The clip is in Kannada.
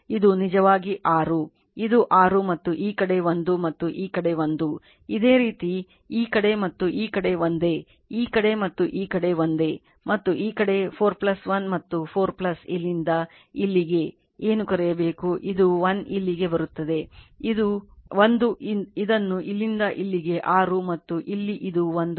ಇದು ನಿಜವಾಗಿ 6 ಇದು 6 ಮತ್ತು ಈ ಕಡೆ 1 ಮತ್ತು ಈ ಕಡೆ 1 ಇದೇ ರೀತಿ ಈ ಕಡೆ ಮತ್ತು ಈ ಕಡೆ ಒಂದೇ ಈ ಕಡೆ ಮತ್ತು ಈ ಕಡೆ ಒಂದೇ ಮತ್ತು ಈ ಕಡೆ 4 1 ಮತ್ತು 4 ಇಲ್ಲಿಂದ ಇಲ್ಲಿಗೆ ಏನು ಕರೆಯಬೇಕು ಇದು 1 ಇಲ್ಲಿಗೆ ಬರುವುದು 1 ಇದನ್ನು ಇಲ್ಲಿಂದ ಇಲ್ಲಿಗೆ 6 ಮತ್ತು ಇಲ್ಲಿ ಅದು 1 ಆಗಿದೆ